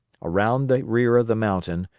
around the rear of the mountain,